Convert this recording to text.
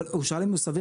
אבל הוא שאל אם סביר,